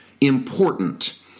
important